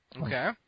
Okay